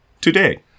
today